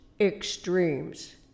extremes